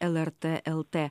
lrt lt